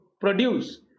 produce